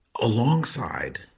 alongside